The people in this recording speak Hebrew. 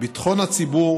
ביטחון הציבור